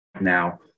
now